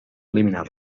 eliminar